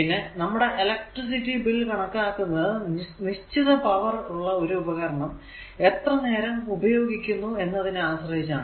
പിന്നെ നമ്മുടെ electricity bill കണക്കാക്കുന്നത് നിശ്ചിത പവർ ഉള്ള ഒരു ഉപകരണം എത്ര നേരം ഉപയോഗിക്കുന്നു എന്നതിനെ ആശ്രയിച്ചാണ്